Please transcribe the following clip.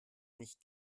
nicht